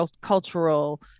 cultural